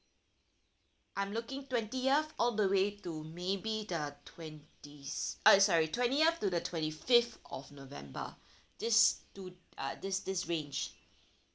I'm looking twentieth all the way to maybe the twenty s~ eh sorry twentieth to the twenty fifth of november this two uh this this range